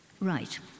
Right